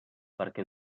perquè